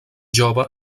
jove